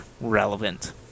relevant